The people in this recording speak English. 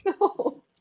No